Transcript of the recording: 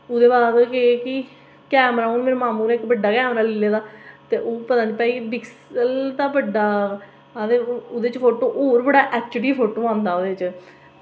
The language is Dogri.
ते एह्दे बाद की कैमरा हून मेरे मामूं नै बड्डा कैमरा लेई लै दा ते पता निं डिक्सन दा बड्डा ते ओह्दे च बड्डा होर बड्डा एचडी फोटो आंदा ओह्दे च